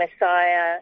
messiah